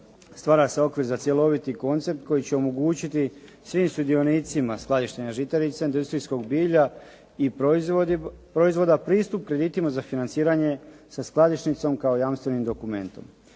stvara se okvir za cjeloviti koncept koji će omogućiti svim sudionicama skladištenja žitarica, industrijskog bilja i proizvoda pristup kreditima za financiranje sa skladišnicom kao jamstvenim dokumentom.